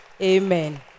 Amen